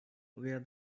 where